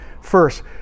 First